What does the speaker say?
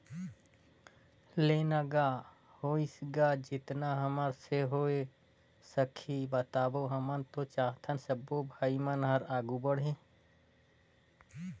ले ना का होइस गा जेतना हमर से होय सकही बताबो हमन तो चाहथन सबो भाई मन हर आघू बढ़े